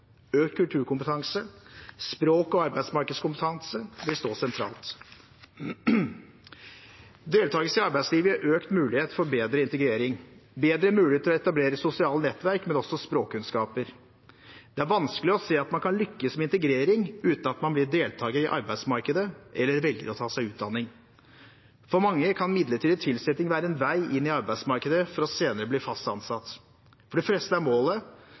Økt kulturkompetanse, språk og arbeidsmarkedskompetanse vil stå sentralt. Deltakelse i arbeidslivet gir økt mulighet for bedre integrering, bedre mulighet til å etablere sosiale nettverk, men også språkkunnskaper. Det er vanskelig å se at man kan lykkes med integrering uten at man blir deltaker i arbeidsmarkedet eller velger å ta seg utdanning. For mange kan midlertidig tilsetting være en vei inn i arbeidsmarkedet, for senere å bli fast ansatt. For de fleste er arbeid målet,